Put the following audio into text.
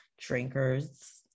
drinkers